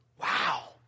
Wow